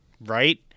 Right